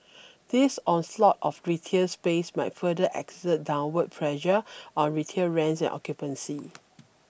this onslaught of retail space might further exert downward pressure on retail rents and occupancy